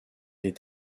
est